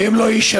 ואם הם לא ישלמו,